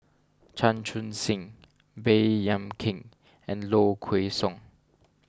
Chan Chun Sing Baey Yam Keng and Low Kway Song